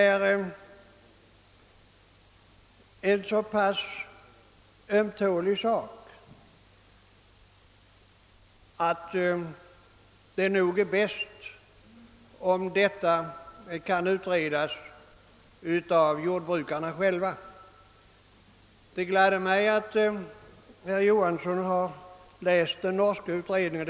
Den är så pass ömtålig, att det säkerligen är bäst om den kan utredas av jordbrukarna själva. Det gladde mig att herr Johansson har läst de norska utredningarna.